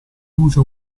luce